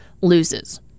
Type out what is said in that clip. loses